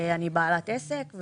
אני בעלת עסק.